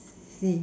she